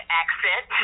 accent